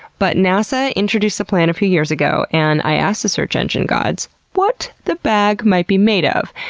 but nasa introduced the plan a few years ago and i asked the search engine gods what the bag might be made of,